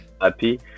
happy